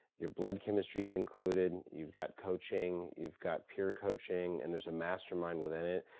your blood chemistry's included, you've got coaching, you've got pure coaching, and there's a mastermind within it.